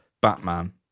Batman